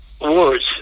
words